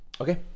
Okay